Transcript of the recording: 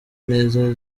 neza